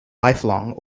lifelong